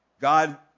God